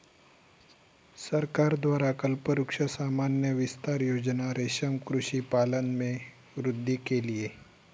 सरकार द्वारा कल्पवृक्ष सामान्य विस्तार योजना रेशम कृषि पालन में वृद्धि के लिए